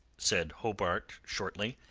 said hobart shortly,